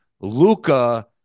Luca